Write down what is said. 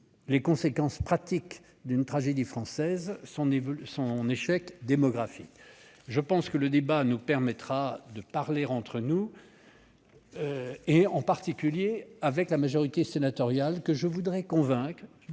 les conséquences pratiques d'une tragédie française, à savoir son échec démographique. Le débat qui s'amorce nous permettra d'en parler entre nous, en particulier avec la majorité sénatoriale que je voudrais convaincre